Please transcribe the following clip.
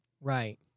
right